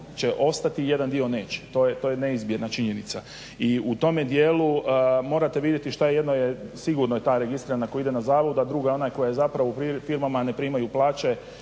će ostati jedan dio neće. To je neizbježna činjenica. I u tome dijelu morate vidjeti šta je jedno sigurna ta registra ako ide na zavod a druga je ona koja u firmama ne primaju plaće